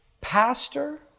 pastor